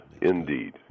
indeed